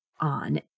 on